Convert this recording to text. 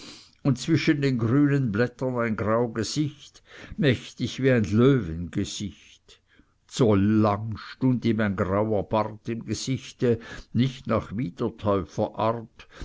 und zwischen den grünen blättern ein grau gesicht mächtig wie ein löwengesicht zollang stund ein grauer bart im gesichte nicht nach wiedertäuferart